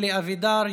אלי אבידר,